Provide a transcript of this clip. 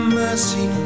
mercy